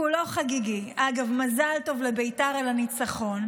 כולו חגיגי, אגב, מזל טוב לבית"ר על הניצחון.